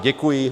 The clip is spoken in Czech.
Děkuji.